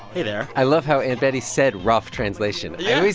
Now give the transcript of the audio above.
hey, there i love how aunt betty said rough translation yeah.